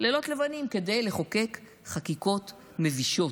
לילות לבנים כדי לחוקק חקיקות מבישות,